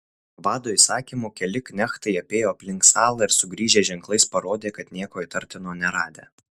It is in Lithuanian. vado įsakymu keli knechtai apėjo aplink salą ir sugrįžę ženklais parodė kad nieko įtartino neradę